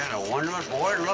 and a wonderment? boy,